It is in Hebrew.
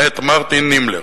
מאת מרטין נימלר,